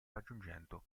raggiungendo